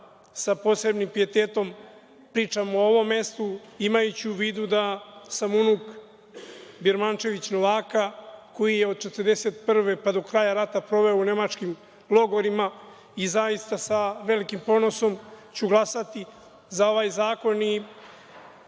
sa posebnim pijetetom, pričam o ovom mestu imajući u vidu da sam unuk Birmančević Novaka, koji je od 1941. godine pa do kraja rata proveo u nemačkim logorima i zaista sa velikim ponosom ću glasati za ovaj zakon. Ovaj